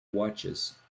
watches